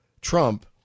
Trump